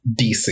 DC